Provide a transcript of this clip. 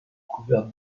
couverte